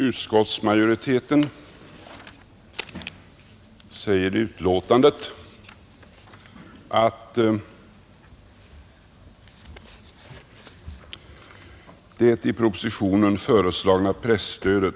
Utskottsmajoriteten säger i betänkandet från konstitutionsutskottet: ”Det i propositionen föreslagna presstödet